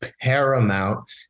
paramount